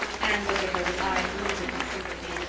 anne looked at her with eyes limpid with sympathy.